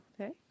okay